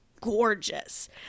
gorgeous